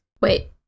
Wait